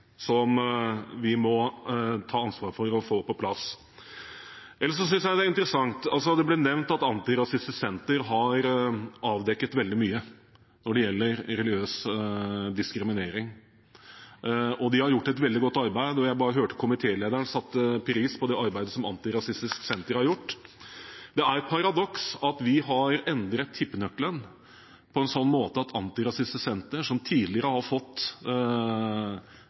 vi må ta ansvar for å få på plass. Det ble nevnt at Antirasistisk Senter har avdekket veldig mye når det gjelder religiøs diskriminering. De har gjort et veldig godt arbeid, og jeg hørte at komitélederen satte pris på arbeidet som Antirasistisk Senter har gjort. Det er et paradoks at vi har endret tippenøkkelen på en slik måte at Antirasistisk Senter, som tidligere har fått